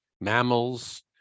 mammals